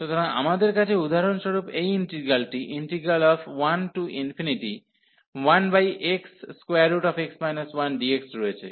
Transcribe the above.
সুতরাং আমাদের কাছে উদাহরণস্বরূপ এই ইন্টিগ্রালটি 11xx 1dx রয়েছে